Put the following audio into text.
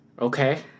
Okay